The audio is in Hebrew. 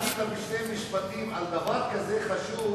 ענית בשני משפטים על דבר כזה חשוב